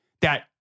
that-